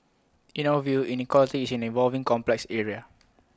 in our view inequality is an evolving complex area